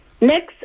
Next